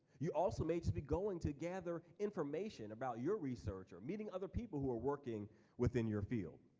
you also may just be going to gather information about your researcher or meeting other people who are working within your field.